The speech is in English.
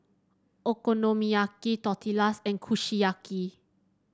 Okonomiyaki Tortillas and Kushiyaki